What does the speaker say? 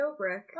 Dobrik